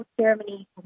ceremony